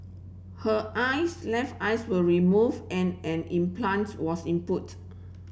her eyes left eyes were removed and an implants was in put